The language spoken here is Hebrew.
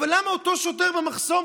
אבל למה אותו שוטר במחסום,